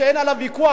שאין עליו ויכוח,